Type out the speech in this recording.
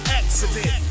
accident